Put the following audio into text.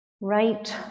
right